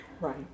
right